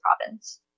province